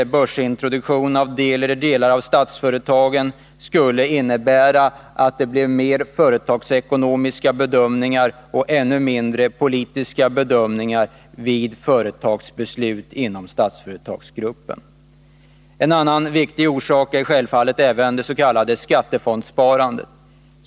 En börsintroduktion av företag eller delar av företag i Statsföretagsgruppen skulle vidare innebära att det blev mera av företagsekonomiska bedömningar och mindre av politiska bedömningar inom Statsföretagsgruppen. Ett annat viktigt motiv är självfallet det s.k. skattefondssparandet.